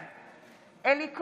בעד אלי כהן,